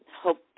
hope